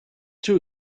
too